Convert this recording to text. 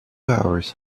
hours